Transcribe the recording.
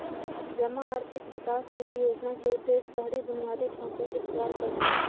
जमा आर्थिक विकास निधि जोजना के उद्देश्य शहरी बुनियादी ढचा में सुधार करनाइ हइ